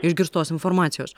išgirstos informacijos